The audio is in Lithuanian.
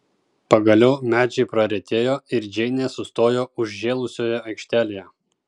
pagaliau medžiai praretėjo ir džeinė sustojo užžėlusioje aikštelėje